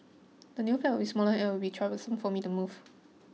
the new flat will be smaller and it will be troublesome for me to move